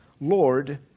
Lord